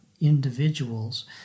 individuals